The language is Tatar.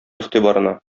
игътибарына